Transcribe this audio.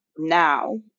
Now